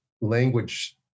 language